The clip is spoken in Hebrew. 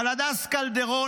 על הדס קלדרון,